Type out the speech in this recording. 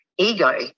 ego